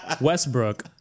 Westbrook